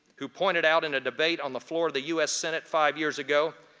who pointed out in a debate on the floor of the u s. senate five years ago,